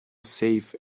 safe